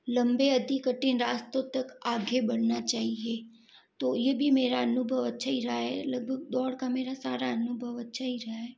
लंबे अधिक कठिन रास्तों तक आगे बढ़ना चाहिए तो ये भी मेरा अनुभव अच्छा ही रहा है लगभग दौड़ का मेरा सारा अनुभव अच्छा ही रहा है